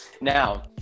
Now